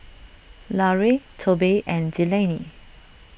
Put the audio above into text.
Larue Tobe and Delaney